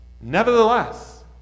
nevertheless